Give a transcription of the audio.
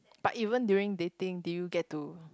but even during dating do you get to